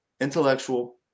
intellectual